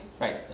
Right